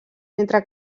mentre